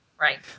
Right